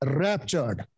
raptured